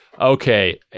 okay